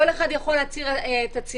כל אחד יכול להצהיר תצהירים,